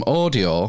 audio